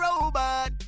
robot